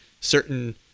certain –